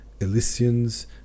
Elysians